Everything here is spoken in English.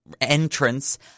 entrance